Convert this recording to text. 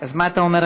אז מה אתה אומר?